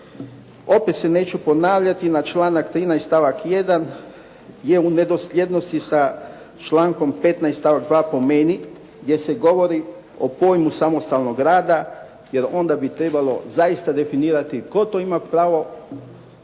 Opet se neću ponavljati na članak 13. stavak 1. je u nedosljednosti sa člankom 15. stavak 2. po meni jer se govori o pojmu samostalnog rada jer onda bi trebalo zaista definirati tko to ima pravo